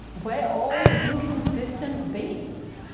we're all inconsistent beings.